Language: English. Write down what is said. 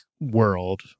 world